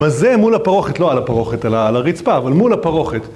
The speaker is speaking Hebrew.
בזה מול הפרוכת, לא על הפרוכת, על הרצפה, אבל מול הפרוכת.